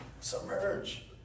Submerge